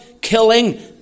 killing